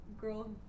girl